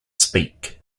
speak